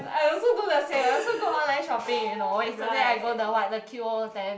I also do the same I also go online shopping you know yesterday I go the what the Q_O_O ten